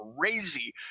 crazy